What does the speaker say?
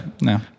no